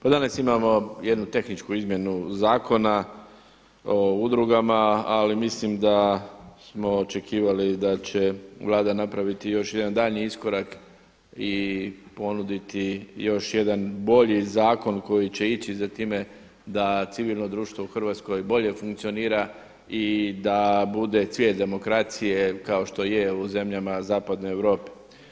Pa danas imamo jednu tehničku izmjenu Zakona o udrugama, ali mislim da smo očekivali da će Vlada napraviti još jedan daljnji iskorak i ponuditi još jedan bolji zakon koji će ići za time da civilno društvo u Hrvatskoj bolje funkcionira i da bude cvijet demokracije kao što je u zemljama Zapadne Europe.